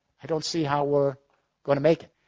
i don't see how we're gonna make it.